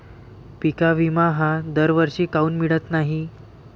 पिका विमा हा दरवर्षी काऊन मिळत न्हाई?